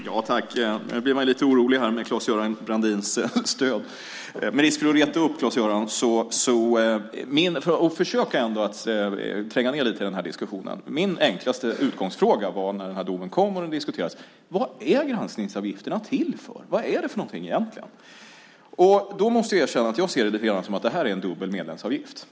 Herr talman! Jag blir lite orolig här över Claes-Göran Brandins stöd. Med risk för att reta upp Claes-Göran vill jag försöka att tränga ned lite i den här diskussionen. Min enklaste utgångsfråga när den här domen kom och diskuterades var: Vad är granskningsavgifterna till för? Vad är det för någonting egentligen? Jag måste erkänna att jag ser dem lite grann som en dubbel medlemsavgift.